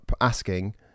asking